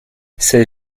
ces